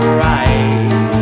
right